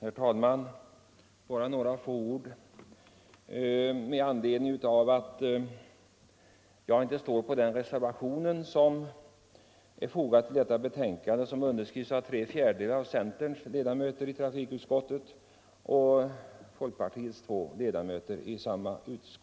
Herr talman! Bara några ord med anledning av att jag inte står som undertecknare av den reservation som är fogad till utskottets betänkande och som har skrivits under av tre fjärdedelar av centerns ledamöter och av folkpartiets två ledamöter.